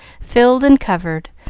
filled and covered,